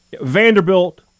Vanderbilt